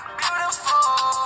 beautiful